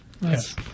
Yes